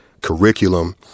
curriculum